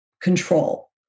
control